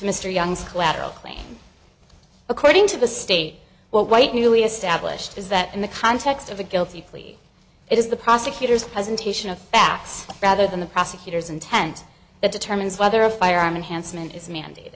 mr young's collateral claim according to the state white newly established is that in the context of a guilty plea it is the prosecutor's presentation of facts rather than the prosecutor's intent that determines whether a firearm unhandsome and is mandate